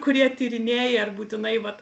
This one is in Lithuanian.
kurie tyrinėja ar būtinai vat